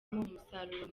umusaruro